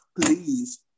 please